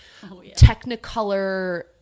technicolor